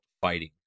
fighting